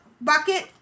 bucket